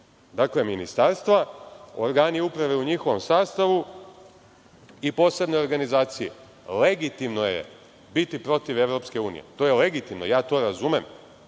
dakle, ministarstva, organi uprave u njihovom sastavu i posebne organizacije. Legitimno je biti protiv Evropske unije, to je legitimno, ja to razumem.